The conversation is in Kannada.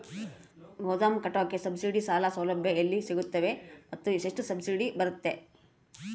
ಗೋದಾಮು ಕಟ್ಟೋಕೆ ಸಬ್ಸಿಡಿ ಸಾಲ ಸೌಲಭ್ಯ ಎಲ್ಲಿ ಸಿಗುತ್ತವೆ ಮತ್ತು ಎಷ್ಟು ಸಬ್ಸಿಡಿ ಬರುತ್ತೆ?